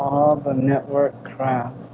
ah network craft